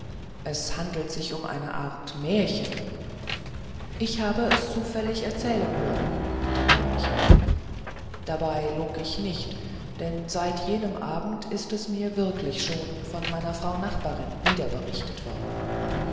es handelt sich um eine art märchen ich habe es zufällig er zählen hören unterbrach ich ihn dabei log ich nicht denn seit jenem abend ist es mir wirklich schon von meiner frau nachbarin wiederberichtet worden